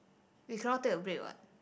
we cannot take a break what